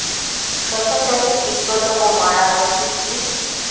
শসা চাষে কীটপতঙ্গ মারার ওষুধ কি?